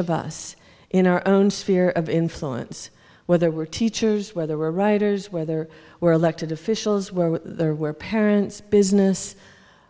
of us in our own sphere of influence whether we're teachers whether we're writers whether we're elected officials were there were parents business